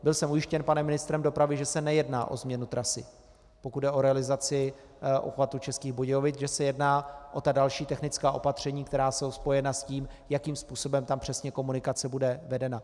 Byl jsem ujištěn panem ministrem dopravy, že se nejedná o změnu trasy, pokud jde o realizaci obchvatu Českých Budějovic, že se jedná o ta další technická opatření, která jsou spojena s tím, jakým způsobem tam přesně komunikace bude vedena.